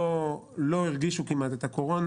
לא הרגישו כמעט את הקורונה,